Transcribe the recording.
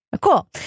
Cool